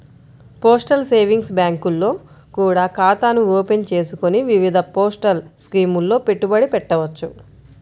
postal savings బ్యాంకుల్లో కూడా ఖాతాను ఓపెన్ చేసుకొని వివిధ పోస్టల్ స్కీముల్లో పెట్టుబడి పెట్టవచ్చు